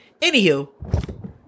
anywho